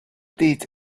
did